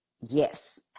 Yes